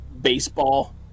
Baseball